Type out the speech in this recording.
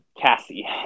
cassie